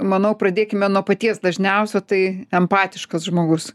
manau pradėkime nuo paties dažniausio tai empatiškas žmogus